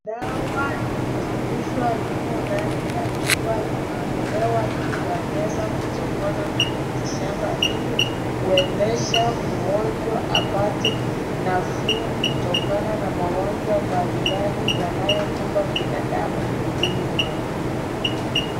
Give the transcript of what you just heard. Dawa limechemshwa limo ndani ya chupa limewekelewa juu ya meza kutokana na miti shamba ilikuwezesha mgonjwa apate nafuu kutokana na magonjwa mbalimbali yanayokumba binadamu mwilini mwake.